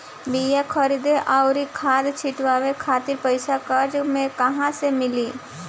बीया खरीदे आउर खाद छिटवावे खातिर पईसा कर्जा मे कहाँसे मिली?